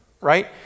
right